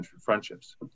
friendships